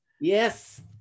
Yes